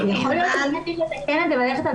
יכול להיות שבאמת צריך לתקן את זה וללכת על